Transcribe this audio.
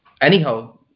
anyhow